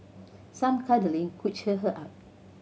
some cuddling could cheer her up